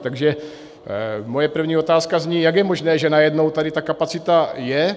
Takže moje první otázka zní: Jak je možné, že najednou tady ta kapacita je?